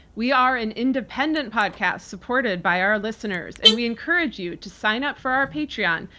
we are an independent podcast supported by our listeners and we encourage you to sign up for our patreon,